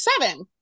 seven